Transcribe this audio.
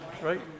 right